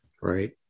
right